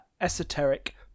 Esoteric